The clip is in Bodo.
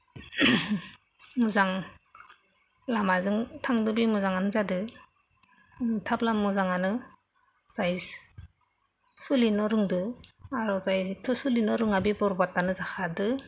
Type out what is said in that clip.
मोजां लामाजो थांदों बे मोजांआनो जादों थाबला मोजांआनो जाय सोलिनो रोंदों आरो जायथ' सोलिनो रोङा बेथ' बरबादानो जाखादों